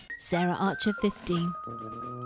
SarahArcher15